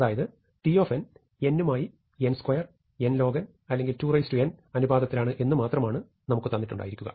അതായത് t n ഉമായി n2 nlog അല്ലെങ്കിൽ 2n അനുപാതത്തിലാണ് എന്നുമാത്രമാണ് നമുക്ക് തന്നിട്ടുണ്ടായിരിക്കുക